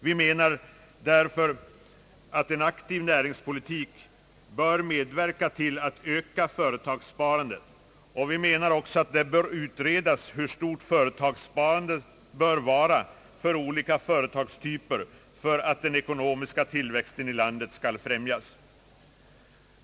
Vi menar därför att en aktiv näringspolitik bör medverka till att öka företagssparandet. Vi anser också att det bör utredas hur stort företagssparandet bör vara för olika företagstyper för att den ekonomiska tillväxten i landet skall främjas.